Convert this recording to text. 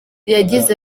yagize